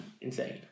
insane